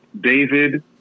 David